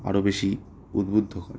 আরও বেশি উদ্বুদ্ধ করে